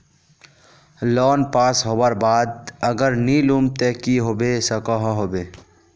Loan pass होबार बाद अगर नी लुम ते की होबे सकोहो होबे?